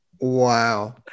Wow